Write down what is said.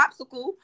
popsicle